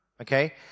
Okay